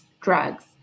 drugs